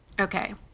Okay